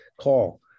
call